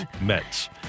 Mets